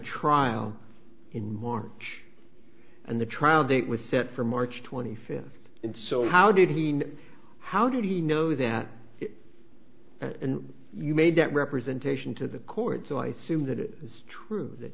trial in march and the trial date was set for march twenty fifth and so how did we know how did he know that and you made that representation to the court so i soon that it was true that